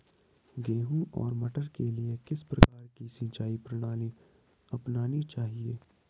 गेहूँ और मटर के लिए किस प्रकार की सिंचाई प्रणाली अपनानी चाहिये?